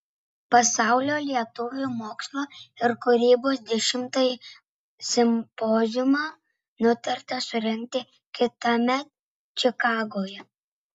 pasaulio lietuvių mokslo ir kūrybos dešimtąjį simpoziumą nutarta surengti kitąmet čikagoje